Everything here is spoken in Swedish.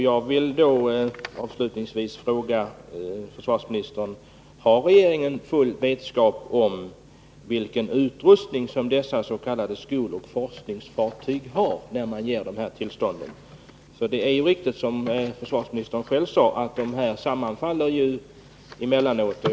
Jag vill avslutningsvis fråga försvarsministern: Har regeringen full vetskap om vilken utrustning dessa s.k. skoloch forskningsfartyg har, när regeringen beviljar tillstånd till besök i svenska hamnar? Det är ju riktigt, som försvarsministern sade, att aviserade besök emellanåt sammanfaller med militära manövrer.